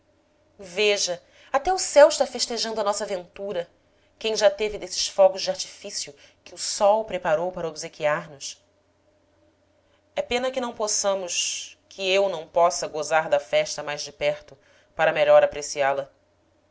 veja até o céu está festejando a nossa ventura quem já teve desses fogos de artifícios que o sol preparou para obse quiar nos é pena que não possamos que eu não possa gozar da festa mais de perto para melhor apreciá la